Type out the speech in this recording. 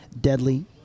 deadly